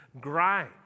grind